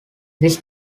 this